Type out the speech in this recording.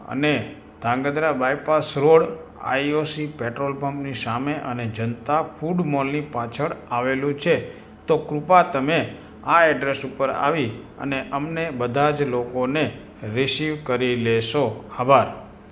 અને Dhrangadhra bypass road I O C petrol પંપની સામે અને જનતા ફૂડ મૉલની પાછળ આવેલું છે તો કૃપા તમે આ એડ્રેસ ઉપર આવી અને અમને બધા જ લોકોને રિસિવ કરી લેશો આભાર